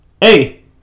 hey